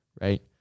Right